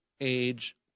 age